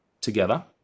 together